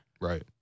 right